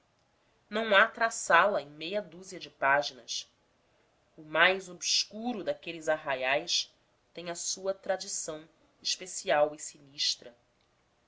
não há traçá la em meia dúzia de páginas o mais obscuro daqueles arraiais tem a sua tradição especial e sinistra